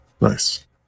Nice